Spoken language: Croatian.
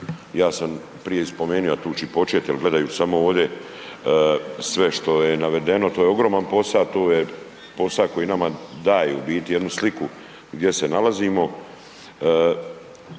Ja sam prije i spomenuo, a tu ću i početi jer gledajući samo ovdje, sve što je navedeno, to je ogroman posao, to je posao koji nama daje u biti jednu sliku, gdje se nalazimo.